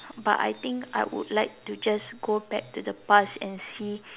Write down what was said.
but I think I would like to just go back to the past and see